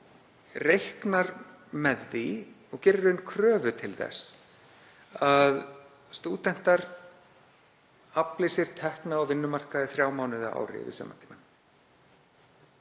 reiknar með því og gerir í raun kröfu til þess að stúdentar afli sér tekna á vinnumarkaði í þrjá mánuði á ári yfir sumartímann.